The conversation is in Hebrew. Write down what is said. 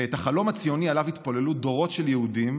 ואת החלום הציוני, שעליו התפללו דורות של יהודים,